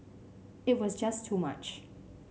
it was just too much